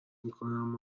میکنم